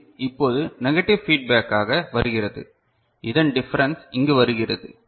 இது இப்போது நெகட்டிவ் ஃபீட் பேக்காக வருகிறது இதன் டிஃபரன்ஸ் இங்கு வருகிறது